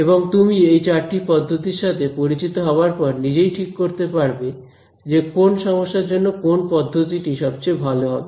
এবং তুমি এই চারটি পদ্ধতির সাথে পরিচিত হবার পর নিজেই ঠিক করতে পারবে যে কোন সমস্যার জন্য কোন পদ্ধতিটি সবচেয়ে ভালো হবে